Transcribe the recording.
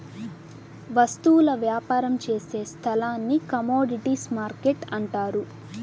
వస్తువుల వ్యాపారం చేసే స్థలాన్ని కమోడీటీస్ మార్కెట్టు అంటారు